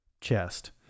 chest